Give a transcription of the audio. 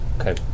Okay